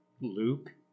Luke